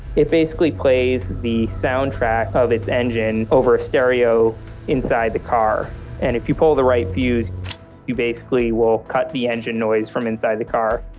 it basically plays the soundtrack of its engine over a stereo inside the car and if you pull the right fuse you basically will cut the engine noise from inside the car